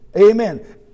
Amen